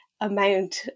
amount